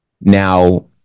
now